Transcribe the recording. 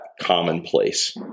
commonplace